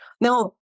Now